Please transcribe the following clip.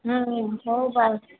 ହଁ ହେଉ ବାଏ